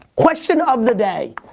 question of the day.